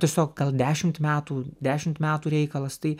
tiesiog gal dešimt metų dešimt metų reikalas tai